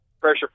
pressure